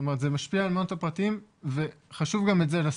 זה משפיע על המעונות הפרטיים, וחשוב את זה לשים.